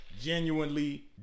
genuinely